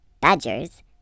badgers